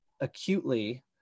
acutely